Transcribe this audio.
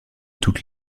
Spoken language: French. toute